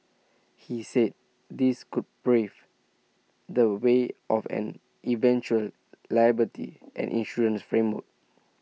he said this could brave the way of an eventual liability and insurance framework